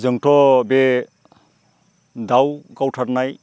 जोंथ' बे दाउ गावथारनाय